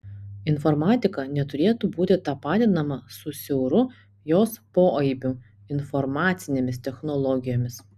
informatika neturėtų būti tapatinama su siauru jos poaibiu informacinėmis technologijomis